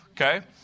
okay